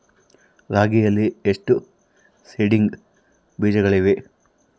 ರಾಗಿಯಲ್ಲಿ ಎಷ್ಟು ಸೇಡಿಂಗ್ ಬೇಜಗಳಿವೆ?